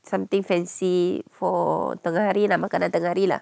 something fancy for tengah hari lah makanan tengah hari lah